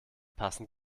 passend